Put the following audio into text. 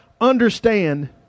understand